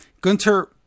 Gunter